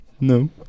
No